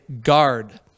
guard